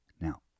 Now